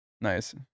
Nice